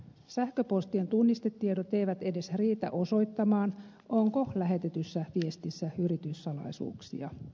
sähköpostien tunnistetiedot eivät edes riitä osoittamaan onko lähetetyssä viestissä yrityssalaisuuksia